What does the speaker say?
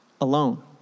alone